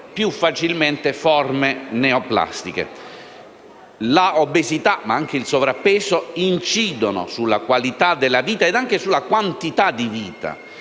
più facilmente forme neoplastiche. L'obesità, ma anche il sovrappeso, incidono sulla qualità della vita e anche sulla quantità di vita.